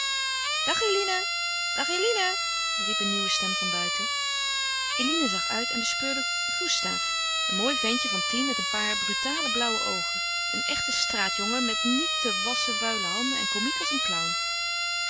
dag eline dag eline riep een nieuwe stem van buiten eline zag uit en bespeurde gustaaf een mooi ventje van tien met een paar brutale blauwe oogen een echte straatjongen met niet te wasschen vuile handen en komiek als een clown